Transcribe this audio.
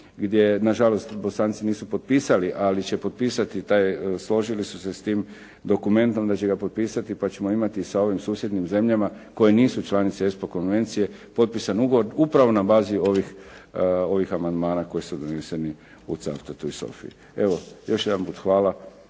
gdje na žalost Bosanci nisu potpisali, ali će potpisati taj, složili su se s tim dokumentom da će ga potpisati, pa ćemo imati sa ovim susjednim zemljama koje nisu članice ESPO konvencije potpisan ugovor upravo na bazi ovih amandmana koji su doneseni u Cavtatu i Sofiji. Evo, još jedanput hvala